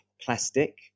plastic